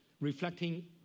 reflecting